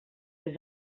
des